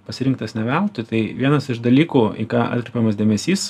pasirinktas ne veltui tai vienas iš dalykų į ką atkreipiamas dėmesys